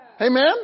Amen